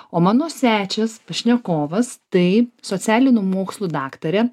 o mano svečias pašnekovas tai socialinių mokslų daktarė